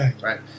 Right